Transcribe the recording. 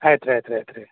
ಆಯ್ತು ರೀ ಆಯ್ತು ರೀ ಆಯ್ತು ರೀ